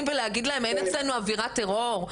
ולהגיד להם - אין אצלנו אווירת טרור?